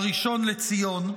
הראשון לציון.